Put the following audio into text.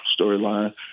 Storyline